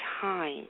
time